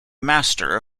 master